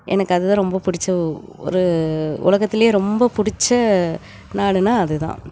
எனக்கு அது தான் ரொம்ப பிடிச்ச ஒரு உலகத்திலியே ரொம்ப பிடிச்ச நாடுன்னால் அது தான்